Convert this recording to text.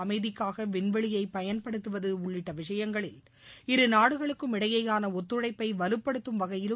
அமைதிக்காக விண்வெளியை பயன்படுத்துவது உள்ளிட்ட விஷயங்களில் இருநாடுகளுக்கும் இடையேயாள ஒத்துழைப்ப வலுப்படுத்தும் வகையிலும்